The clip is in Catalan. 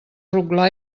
rotglà